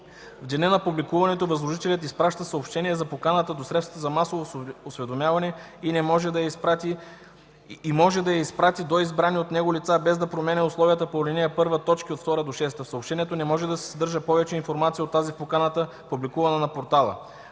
В деня на публикуването възложителят изпраща съобщение за поканата до средствата за масово осведомяване и може да я изпрати и до избрани от него лица, без да променя условията по ал. 1, т. 2-6. В съобщението не може да се съдържа повече информация от тази в поканата, публикувана на портала.